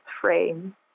frame